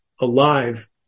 alive